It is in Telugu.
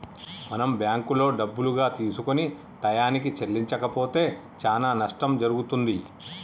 మనం బ్యాంకులో డబ్బులుగా తీసుకొని టయానికి చెల్లించకపోతే చానా నట్టం జరుగుతుంది